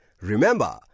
Remember